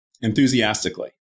enthusiastically